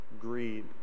Greed